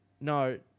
no